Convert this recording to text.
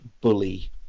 bully